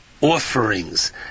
offerings